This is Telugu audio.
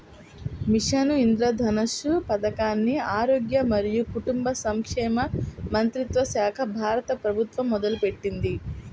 మిషన్ ఇంద్రధనుష్ పథకాన్ని ఆరోగ్య మరియు కుటుంబ సంక్షేమ మంత్రిత్వశాఖ, భారత ప్రభుత్వం మొదలుపెట్టింది